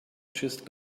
just